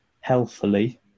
healthily